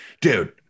dude